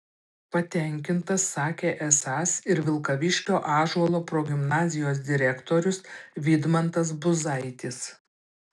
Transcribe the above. patenkintas sakė esąs ir vilkaviškio ąžuolo progimnazijos direktorius vidmantas buzaitis